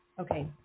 okay